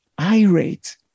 irate